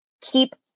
keep